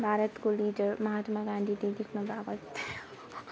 भारतको लिडर महात्मा गान्धीले लेख्नुभएको